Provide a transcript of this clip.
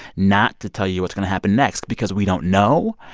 not to tell you what's going to happen next because we don't know.